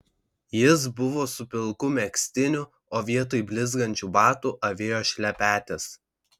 jis buvo su pilku megztiniu o vietoj blizgančių batų avėjo šlepetes